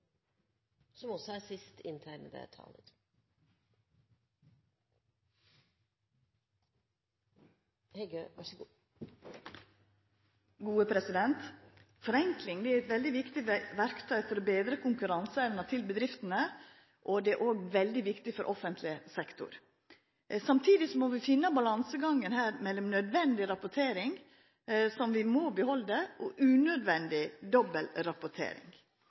som vil innebære store besparelser for det offentlige. Forenkling er eit veldig viktig verktøy for å betra konkurranseevna til bedriftene. Det er òg veldig viktig for offentleg sektor. Samtidig må vi finna balansegangen her mellom nødvendig rapportering, som vi må behalda, og unødvendig